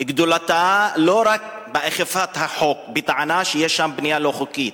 גדולתה לא רק באכיפת החוק בטענה שיש שם בנייה לא חוקית.